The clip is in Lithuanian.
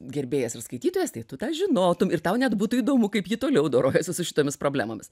gerbėjas ir skaitytojas tai tu tą žinotum ir tau net būtų įdomu kaip ji toliau dorojasi su šitomis problemomis